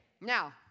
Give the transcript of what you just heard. Now